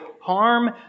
harm